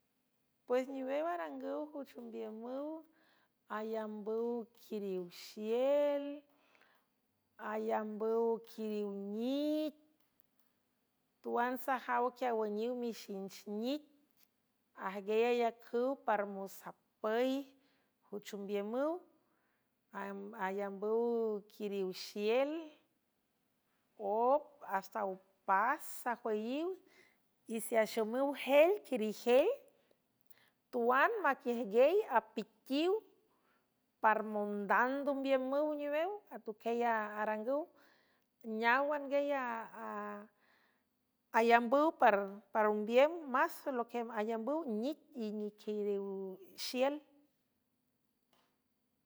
Pues niwew arangüw juchombiümüw alambüw kuiriwxiel ayambüw kiriw nit tuan sajaw quia awüniw mixinch nic ajgey ayacüw paramosapüy juchombiümüw ayambüw kuiriw xiel op hasta opás sajuayiw y siaxomüw hel kuirije tuan maquiüjguey apiqiw parmondandombiümüw newew atuquiey arangüw neáwangüy alambüw par ombiem más loe ayambüw nic y niquiriw xiel.